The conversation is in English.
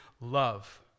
love